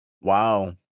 Wow